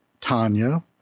tanya—